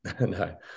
No